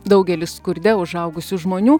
daugelis skurde užaugusių žmonių